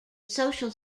social